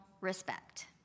respect